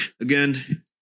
again